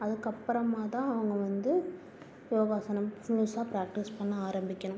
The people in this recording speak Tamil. அதுக்கப்புறமாக தான் அவங்க வந்து யோகாசனம் முழுசா ப்ராக்ட்டிஸ் பண்ண ஆரம்பிக்கணும்